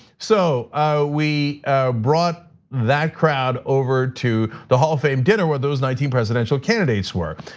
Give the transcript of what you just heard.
so we brought that crowd over to the hall of fame dinner, where those nineteen presidential candidates were.